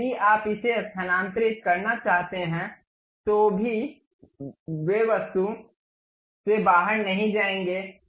अब यदि आप इसे स्थानांतरित करना चाहते हैं तो भी वे उस वस्तु से बाहर नहीं जाएंगे